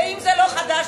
תודה רבה.